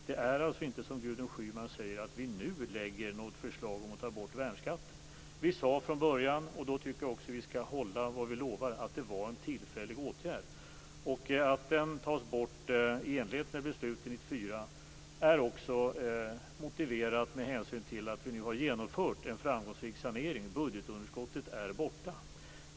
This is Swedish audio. Det är alltså inte så, som Gudrun Schyman säger, att vi nu lägger fram ett förslag om att ta bort värnskatten. Vi sade från början att det var en tillfällig åtgärd, och jag tycker att vi skall hålla vad vi lovat. 1994 är också motiverat med hänsyn till att vi nu har genomfört en framgångsrik budgetsanering. Budgetunderskottet är borta.